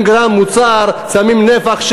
ל-20 גרם מוצר שמים נפח,